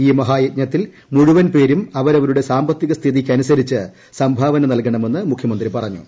ഈ മഹായജ്ഞത്തിൽ മുഴുവൻ പേരും അവരവരുടെ സാമ്പത്തിക സ്ഥിതിക്കനുസരിച്ച് സംഭാവന നൽകണമെന്ന് മുഖ്യമന്ത്രി പറഞ്ഞു